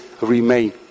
remain